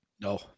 No